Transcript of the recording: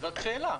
זאת שאלה.